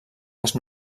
les